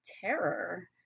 terror